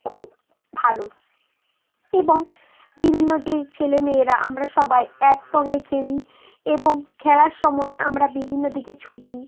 খুব ভালো এবং বিভিন্ন যেই ছেলে মেয়েরা আমরা সবাই একসঙ্গে খেলি এবং খেলার সময় আমরা বিভিন্ন দিকে ছুটি